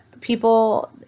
people